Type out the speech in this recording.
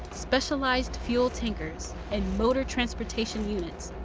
specialized fuel tankers, and motor transportation units,